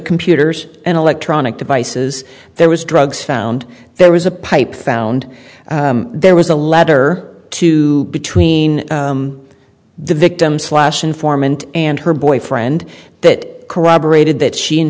computers and electronic devices there was drugs found there was a pipe found there was a letter to between the victim slash informant and her boyfriend that corroborated that she in